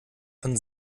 von